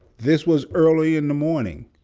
this was early in the morning.